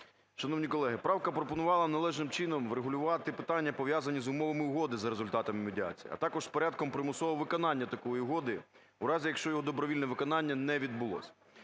Шановні колеги, правка пропонувала належним чином врегулювати питання, пов'язані з умовами угоди за результатами медіації, а також порядком примусового виконання такої угоди у разі, якщо його добровільне виконання не відбулося.